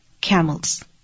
camels